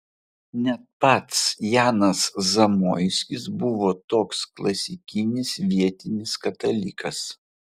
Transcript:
net pats janas zamoiskis buvo toks klasikinis vietinis katalikas